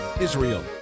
israel